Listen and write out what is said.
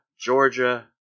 Georgia